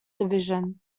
division